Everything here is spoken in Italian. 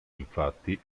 infatti